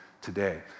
today